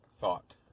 thought